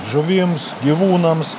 žuvims gyvūnams